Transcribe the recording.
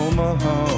Omaha